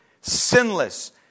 sinless